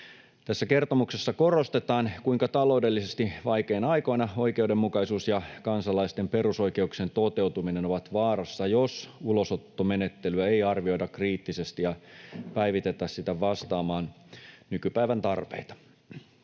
Tässä kertomuksessa korostetaan, kuinka taloudellisesti vaikeina aikoina oikeudenmukaisuus ja kansalaisten perusoikeuksien toteutuminen ovat vaarassa, jos ulosottomenettelyä ei arvioida kriittisesti ja päivitetä sitä vastaamaan nykypäivän tarpeita.